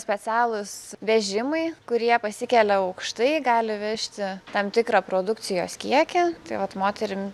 specialūs vežimai kurie pasikelia aukštai gali vežti tam tikrą produkcijos kiekį tai vat moterim